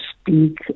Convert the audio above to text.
speak